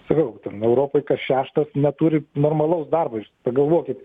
sakau ten europoj kas šeštas neturi normalaus darbo jūs pagalvokit